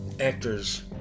actors